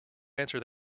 answer